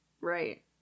Right